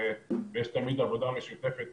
ויש תמיד עבודה משותפת,